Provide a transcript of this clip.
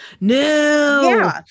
No